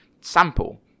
sample